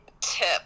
tip